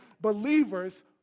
believers